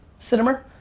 sin-a-mur,